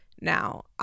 now